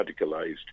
radicalized